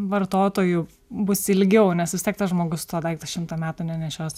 vartotoju bus ilgiau nes vis tiek tas žmogus to daikto šimtą metų nenešios